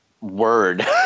word